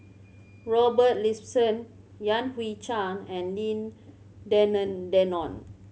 Robert Ibbetson Yan Hui Chang and Lim Denan Denon